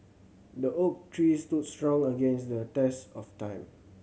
the oak tree stood strong against the test of time